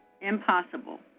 impossible